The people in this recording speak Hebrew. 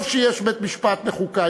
טוב שיש בית-משפט לחוקה.